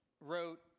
wrote